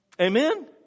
amen